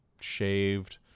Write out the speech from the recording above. shaved